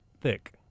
thick